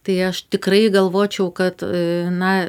tai aš tikrai galvočiau kad a na